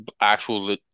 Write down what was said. actual